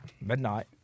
midnight